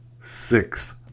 six